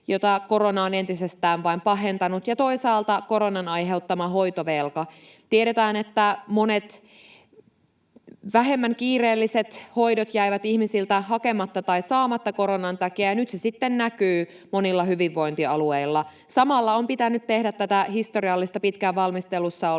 jota korona on entisestään vain pahentanut, ja toisaalta koronan aiheuttama hoitovelka. Tiedetään, että monet vähemmän kiireelliset hoidot jäivät ihmisiltä hakematta tai saamatta koronan takia, ja nyt se sitten näkyy monilla hyvinvointialueilla. Samalla on pitänyt tehdä tätä historiallista, pitkään valmistelussa ollutta